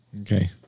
Okay